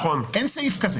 אין סעיף כזה.